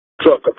truck